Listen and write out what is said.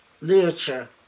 literature